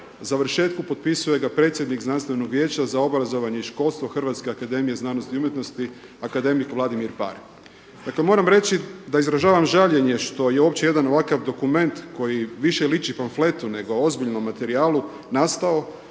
završetku potpisuje ga predsjednik Znanstvenog vijeća za obrazovanje i školstvo Hrvatske akademije znanosti i umjetnosti, akademik Vladimir Paar. Dakle, moram reći da izražavam žaljenje što je uopće jedan ovakav dokument koji više liči pamfletu nego ozbiljnom materijalu nastao